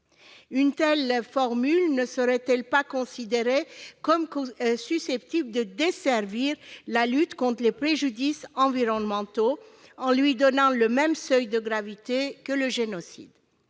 Une telle formule ne serait-elle pas considérée comme susceptible de desservir la lutte contre les préjudices environnementaux, en lui donnant le même seuil de gravité que le génocide ?